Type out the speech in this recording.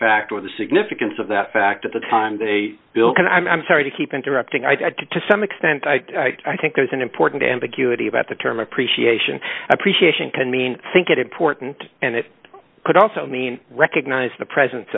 or the significance of that fact at the time they built and i'm sorry to keep interrupting i did to some extent i think there's an important ambiguity about the term appreciation appreciation can mean think it important and it could also mean recognize the presence